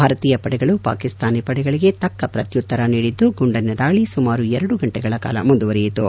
ಭಾರತೀಯ ಪಡೆಗಳು ಪಾಕಿಸ್ತಾನಿ ಪಡೆಗಳಿಗೆ ತಕ್ಕ ಪ್ರಕ್ಕುತ್ತರ ನೀಡಿದ್ದು ಗುಂಡಿನ ದಾಳಿ ಸುಮಾರು ಎರಡು ಗಂಟೆಗಳ ಕಾಲ ಮುಂದುವರಿಯಿತು